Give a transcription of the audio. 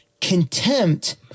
contempt